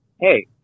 hey